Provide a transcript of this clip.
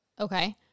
Okay